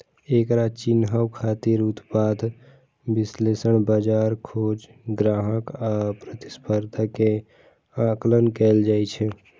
एकरा चिन्है खातिर उत्पाद विश्लेषण, बाजार खोज, ग्राहक आ प्रतिस्पर्धा के आकलन कैल जाइ छै